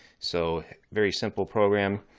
so very simple program.